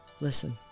Listen